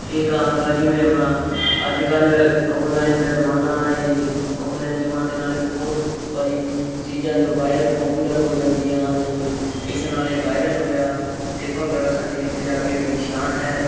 ਇਹ ਅਗਾਂਹ ਅਗਾਂਹ ਜਿਵੇਂ ਆਪਣਾ ਅੱਜ ਕੱਲ੍ਹ ਔਨਲਾਈਨ ਦਾ ਜ਼ਮਾਨਾ ਹੈ ਜੀ ਔਨਲਾਈਨ ਜ਼ਮਾਨੇ ਨਾਲ ਵੀ ਬਹੁਤ ਭਾਰੀ ਚੀਜ਼ਾਂ ਜੋ ਵਾਇਰਲ ਪੋਪੂਲਰ ਹੋ ਜਾਂਦੀਆਂ ਨੇ ਜੀ ਇਸ ਨਾਲ ਇਹ ਵਾਇਰਲ ਹੋਇਆ ਅਤੇ ਭੰਗੜਾ ਸਾਡੀ ਪੰਜਾਬੀਆਂ ਦੀ ਸ਼ਾਨ ਹੈ